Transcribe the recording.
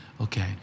okay